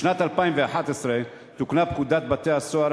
בשנת 2011 תוקנה פקודת בתי-הסוהר,